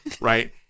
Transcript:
right